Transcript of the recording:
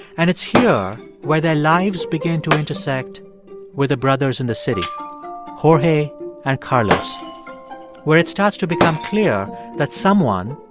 and it's here where their lives begin to intersect with the brothers in the city jorge and carlos where it starts to become clear that someone,